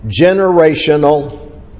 generational